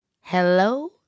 Hello